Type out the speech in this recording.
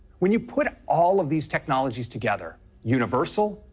when you put all of these technologies together, universal,